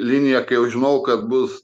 linija kai jau žinojau kad bus